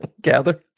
gather